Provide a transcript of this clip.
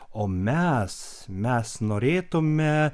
o mes mes norėtume